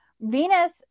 Venus